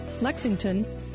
Lexington